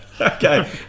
Okay